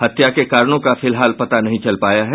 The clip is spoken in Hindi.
हत्या के कारणों का फिलहाल पता नहीं चल पाया है